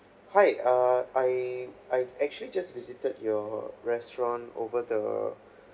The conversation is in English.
hi err I I've actually just visited your restaurant over the